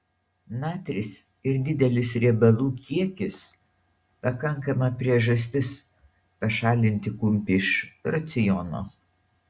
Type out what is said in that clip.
natris ir didelis riebalų kiekis pakankama priežastis pašalinti kumpį iš raciono